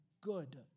good